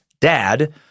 dad